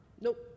Nope